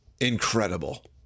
incredible